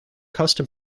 custom